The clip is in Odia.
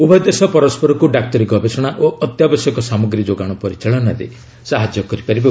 ଉଭୟ ଦେଶ ପରସ୍କରକୁ ଡାକ୍ତରୀ ଗବେଷଣା ଓ ଅତ୍ୟାବଶ୍ୟକ ସାମଗ୍ରୀ ଯୋଗାଣ ପରିଚାଳନାରେ ସହାଯ୍ୟ କରିପାରିବେ